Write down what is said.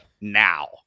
Now